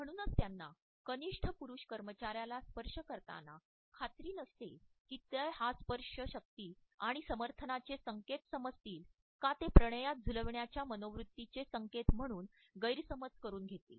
म्हणूनच त्यांना कनिष्ठ पुरुष कर्मचार्यांला स्पर्श करताना खात्री नसते की ते हा स्पर्श शक्ती आणि समर्थनाचे संकेत समजतील का ते प्रणयात झुलाविण्याच्या मनोवृत्तीचे संकेत म्हणून गैरसमज करून घेतील